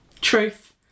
Truth